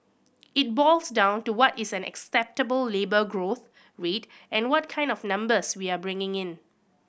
it boils down to what is an acceptable labour growth rate and what kind of numbers we are bringing in